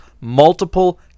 multiple